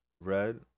red